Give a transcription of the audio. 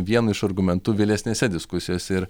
vienu iš argumentų vėlesnėse diskusijose ir